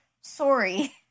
Sorry